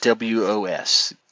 WOS